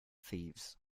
thieves